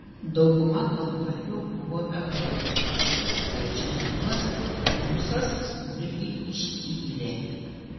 dauguma kambarių buvo be baldų tačiau ir juos holmsas smulkiai ištyrė